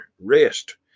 rest